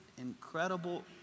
incredible